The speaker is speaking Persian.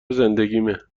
زندگیمه